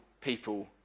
people